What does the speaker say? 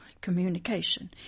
communication